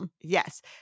Yes